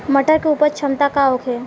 मटर के उपज क्षमता का होखे?